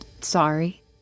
sorry